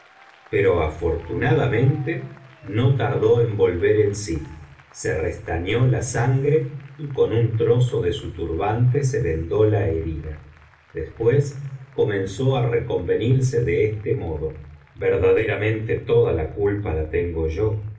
pero afortunadamente no tardó en volver en biblioteca valenciana generalitat valenciana historia del visir nureddin i i sí se restañó la sangre y coa un trozo de su turbante se venció la herida después comenzó á reconvenirse de este modo verdaderamente toda la culpa la tengo yo